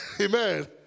Amen